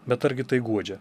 bet argi tai guodžia